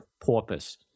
porpoise